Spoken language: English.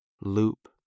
loop